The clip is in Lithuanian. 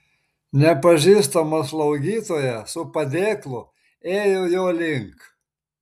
nepažįstama slaugytoja su padėklu ėjo jo link